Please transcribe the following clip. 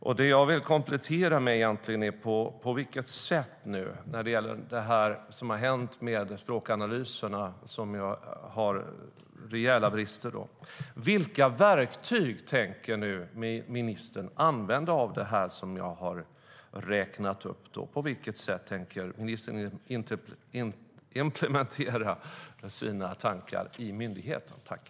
De frågor jag vill komplettera med när det gäller det som har hänt med språkanalyserna, som ju har rejäla brister, är: Vilka verktyg tänker nu ministern använda av de som jag har räknat upp? På vilket sätt tänker ministern implementera sina tankar i myndigheten?